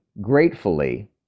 gratefully